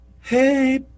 hey